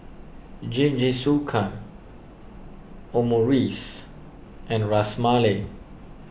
Jingisukan Omurice and Ras Malai